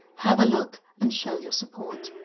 have a look and show your support.